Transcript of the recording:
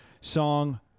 Song